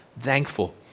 thankful